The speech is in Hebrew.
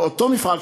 באותו מפעל,